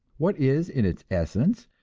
what is, in its essence,